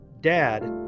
Dad